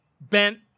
bent